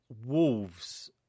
Wolves